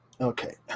okay